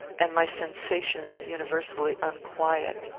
and my sensations universally unquiet.